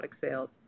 sales